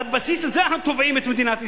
על בסיס זה אנחנו תובעים את מדינת ישראל.